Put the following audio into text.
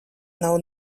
nav